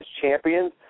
champions